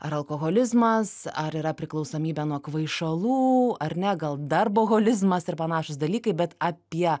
ar alkoholizmas ar yra priklausomybė nuo kvaišalų ar ne gal darboholizmas ir panašūs dalykai bet apie